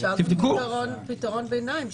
אפשר גם פתרון ביניים,